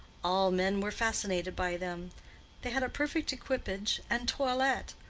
all men were fascinated by them they had a perfect equipage and toilet,